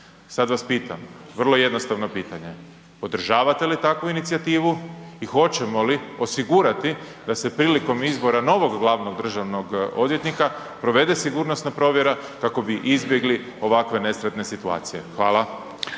Sad vas pitam vrlo jednostavno pitanje. Podržavate li takvu inicijativu i hoćemo li osigurati da se prilikom izbora novog glavnog državnog odvjetnika provede sigurnosna provjera kako bi izbjegli ovakve nesretne situacije? Hvala.